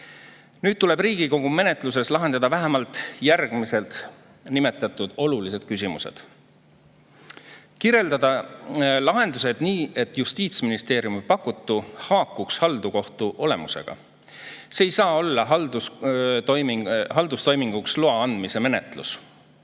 Nüüd tuleb Riigikogu menetluses lahendada vähemalt järgmised olulised küsimused. Kirjeldada lahendused nii, et Justiitsministeeriumi pakutu haakuks halduskohtu olemusega. See ei saa olla haldustoiminguks loa andmise menetlus.